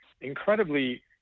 incredibly